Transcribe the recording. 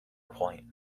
point